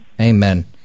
Amen